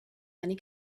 many